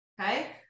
okay